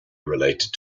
related